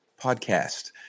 podcast